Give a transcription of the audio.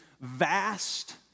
vast